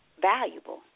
Valuable